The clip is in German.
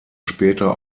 später